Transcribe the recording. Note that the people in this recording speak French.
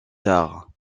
tard